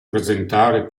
presentare